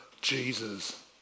Jesus